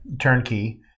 turnkey